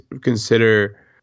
consider